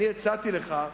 אני הצעתי לך,